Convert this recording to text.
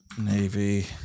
Navy